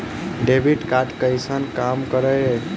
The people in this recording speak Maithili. डेबिट कार्ड कैसन काम करेया?